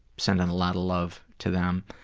send out a lot of love to them.